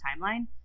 timeline